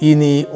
Ini